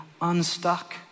unstuck